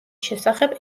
შესახებ